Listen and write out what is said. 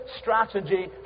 strategy